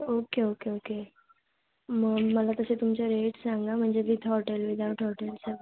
okay okay okay मग मला तसे तुमचे रेट सांगा म्हणजे विथ हॉटेल विदाउट हॉटेल सगळं